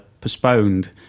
postponed